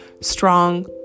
Strong